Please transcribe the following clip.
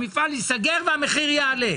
המפעל ייסגר והמחיר יעלה.